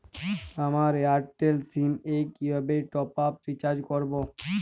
আমার Airtel SIM এ কিভাবে টপ আপ রিচার্জ করবো?